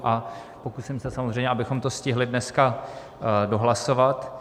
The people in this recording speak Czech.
A pokusím se samozřejmě, abychom to stihli dneska dohlasovat.